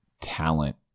talent